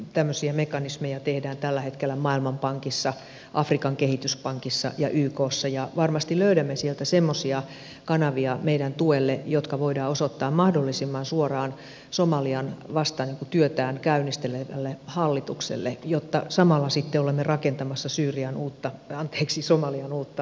tämmöisiä mekanismeja tehdään tällä hetkellä maailmanpankissa afrikan kehityspankissa ja ykssa ja varmasti löydämme sieltä semmoisia kanavia meidän tuelle jotka voidaan osoittaa mahdollisimman suoraan somalian vasta työtään käynnistävälle hallitukselle jotta samalla sitten olemme rakentamassa somalian uutta valtiota